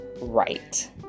right